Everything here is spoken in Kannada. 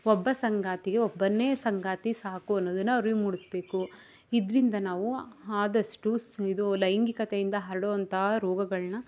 ಒಬ್ಬ ಸಂಗಾತಿಗೆ ಒಬ್ಬನೇ ಸಂಗಾತಿ ಸಾಕು ಅನ್ನುವುದನ್ನು ಅರಿವು ಮೂಡಿಸಬೇಕು ಇದರಿಂದ ನಾವು ಆದಷ್ಟು ಸ್ ಇದು ಲೈಂಗಿಕತೆಯಿಂದ ಹರಡೋವಂಥ ರೋಗಗಳನ್ನ